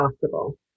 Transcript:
possible